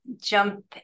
jump